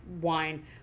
wine